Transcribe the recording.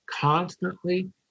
constantly